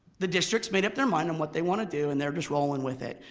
the district's made up their mind on what they wanna do and they're just rolling with it.